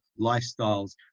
lifestyles